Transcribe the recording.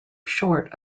short